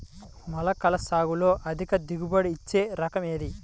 మొలకల సాగులో అధిక దిగుబడి ఇచ్చే రకం ఏది?